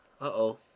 Uh-oh